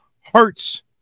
hearts